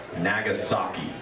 Nagasaki